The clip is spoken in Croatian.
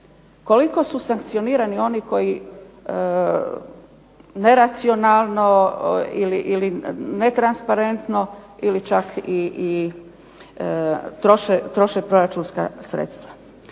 Koliko su sankcionirani oni koji neracionalno ili netransparentno ili čak i troše proračunska sredstva.